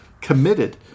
committed